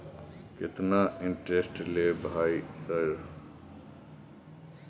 केतना इंटेरेस्ट ले भाई सर?